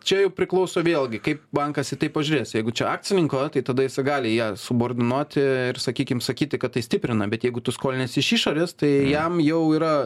čia jau priklauso vėlgi kaip bankas į tai pažiūrės jeigu čia akcininko tai tada jisai gali ją subordinuoti ir sakykim sakyti kad tai stiprina bet jeigu tu skolinies iš išorės tai jam jau yra